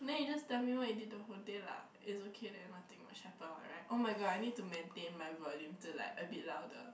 then you just tell me what you did the whole day lah it okay then nothing much happen [what] right [oh]-my-god I need to maintain my volume to like a bit louder